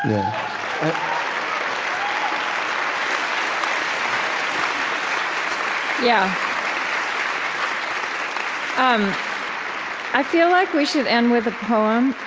um yeah i feel like we should end with a poem